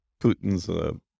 Putin's